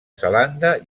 zelanda